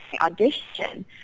audition